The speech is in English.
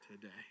today